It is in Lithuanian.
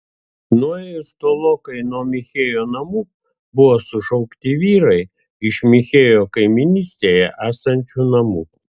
nuėjus tolokai nuo michėjo namų buvo sušaukti vyrai iš michėjo kaimynystėje esančių namų